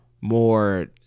more